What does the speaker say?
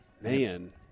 man